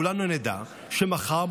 כולנו נדע שמחר,